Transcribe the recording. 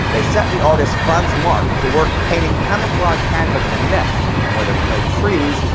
they set the artist franz marc to work painting camouflage canvas and nets and where there were no trees,